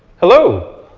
hello.